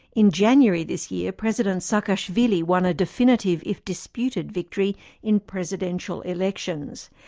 in january this year, president saakashvili won a definitive, if disputed, victory in presidential elections.